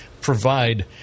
provide